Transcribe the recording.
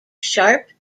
sharp